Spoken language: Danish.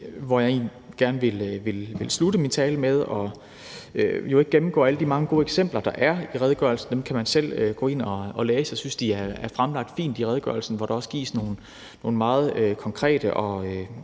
og menneskerettigheder. Jeg vil ikke gennemgå de mange gode eksempler, der er i redegørelsen – dem kan man selv gå ind at læse. Jeg synes, de er fremlagt fint i redegørelsen, hvor der også gives nogle meget konkrete og